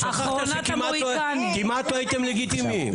שכחת שכמעט לא הייתם לגיטימיים.